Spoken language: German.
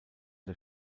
der